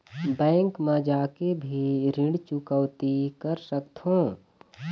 Bank मा जाके भी ऋण चुकौती कर सकथों?